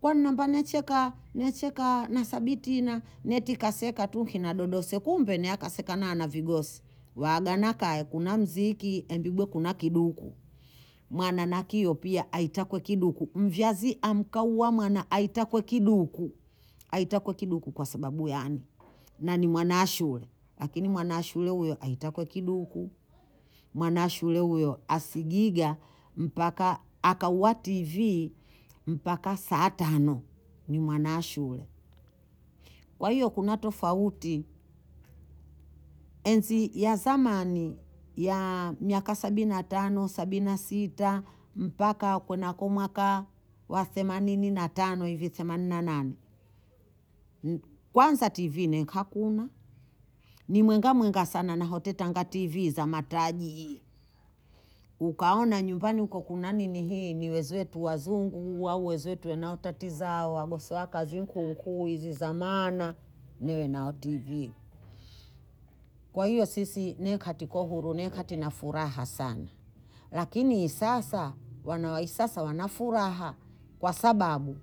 kwani necheka necheka na thabiti na netika seka na dodose kumbe naesekana na vigosi, waagana kaya kuna mziki igwe kuna kiduku mwana na kio nae aita kwa kiduku mvyazi akaua mwana aita kwa kiduku aita kwa kiduku kwa sababu yani na ni mwanaashule lakini mwanaashule huyo aita kwa kiduku, mwanaashule huo asigiga mpaka akaua TV mpaka saa tano, ni mwanaashule kwa hiyo kuna tofauti, enzi yya zamani ya miaka sabinatano sabina sita mpaka kunako mwaka wa themanini na tano hivi themanini na nane, kwanza TV henkakuna, ni mwenga mwenga sana na hoti tanga TV za matajii ukaona nyumbani kuna nini hii ni wezetu wazungu au wezetu niwaotatezao wagosoao kazi nkuunkuu hizi za maana ne nao TV kwa hiyo sisi ne nkati tuko huru ne nkati na furaha sana, lakini sasa wanawaisasa wana furaha kwa sababu